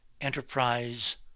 enterprise